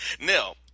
Now